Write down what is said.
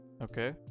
Okay